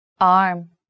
Arm